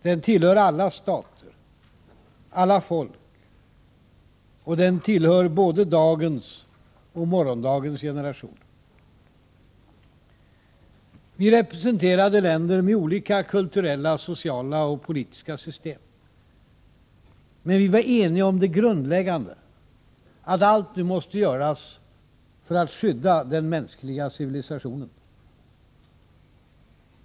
Den tillhör alla stater, alla folk, och den tillhör både dagens och morgondagens generationer. Vi representerade länder med olika kulturella, sociala och politiska system. Men vi var eniga om det grundläggande, att allt nu måste göras för att skydda den mänskliga civilisationen.